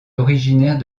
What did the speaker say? originaire